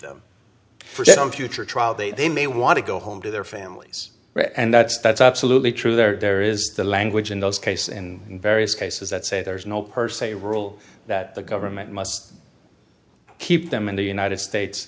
trial they may want to go home to their families and that's that's absolutely true there is the language in those cases in various cases that say there's no per se rule that the government must keep them in the united states